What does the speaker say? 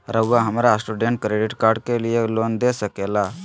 रहुआ हमरा student credit card के लिए लोन दे सके ला?